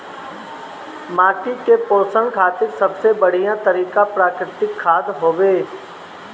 माटी के पोषण खातिर सबसे बढ़िया तरिका प्राकृतिक खाद हवे